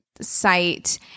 site